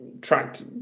tracked